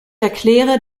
erkläre